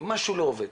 משהו לא עובד.